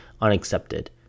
unaccepted